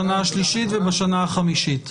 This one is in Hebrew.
בשנה השלישית ובשנה החמישית.